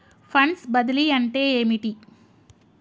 Funds బదిలీ అంటే ఏమిటి?